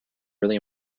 really